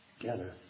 together